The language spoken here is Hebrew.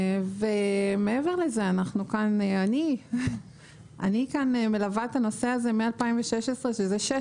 מעבר לזה אני כאן מלווה את הנושא הזה מ-2016 שזה שש